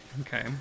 Okay